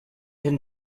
and